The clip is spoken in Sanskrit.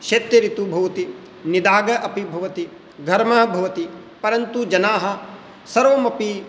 शैत्य ऋतुः भवति निदाघः अपि भवति घर्मः भवति परन्तु जनाः सर्वमपि